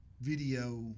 video